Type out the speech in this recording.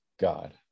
God